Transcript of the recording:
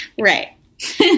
Right